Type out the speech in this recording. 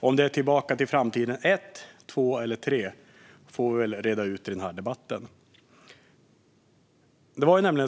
Om det är Tillbaka till framtiden 1 , 2 eller 3 får vi väl reda ut i den här debatten.